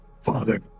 father